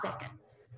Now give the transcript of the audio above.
seconds